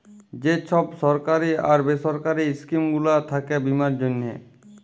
যে ছব সরকারি আর বেসরকারি ইস্কিম গুলা থ্যাকে বীমার জ্যনহে